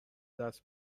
دست